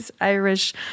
Irish